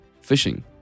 fishing